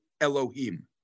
Elohim